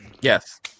Yes